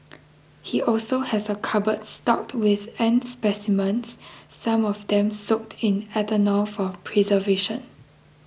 he also has a cupboard stocked with ant specimens some of them soaked in ethanol for preservation